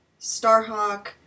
Starhawk